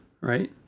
right